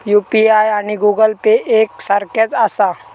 UPI आणि Google Pay एक सारख्याच आसा?